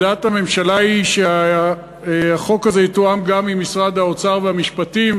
עמדת הממשלה היא שהחוק הזה יתואם גם עם משרד האוצר ומשרד המשפטים,